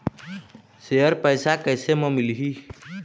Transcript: Share पैसा कैसे म मिलही?